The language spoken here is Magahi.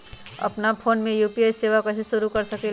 अपना फ़ोन मे यू.पी.आई सेवा कईसे शुरू कर सकीले?